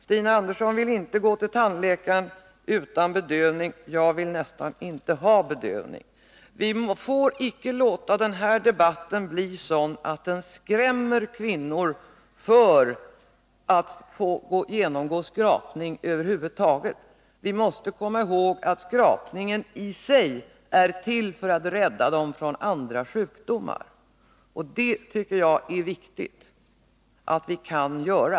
Stina Andersson vill inte gå till tandläkare utan bedövning; jag vill nästan inte ha bedövning. Vi får icke låta den här debatten bli sådan att den skrämmer kvinnor för att genomgå skrapning över huvud taget. Vi måste komma ihåg att skrapningen i sig är till för att rädda dem från andra sjukdomar. Det, tycker jag, är viktigt att vi kan göra.